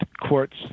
courts